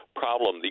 problem